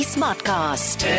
Smartcast